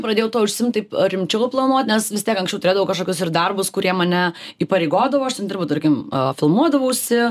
pradėjau tuo užsiimt taip rimčiau planuot nes vis tiek anksčiau turėdavau kažkokius ir darbus kurie mane įpareigodavo aš ten dirbau tarkim filmuodavausi